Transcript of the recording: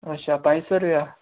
अच्छा पंज सौ रपेआ